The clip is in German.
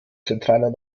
zentraler